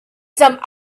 some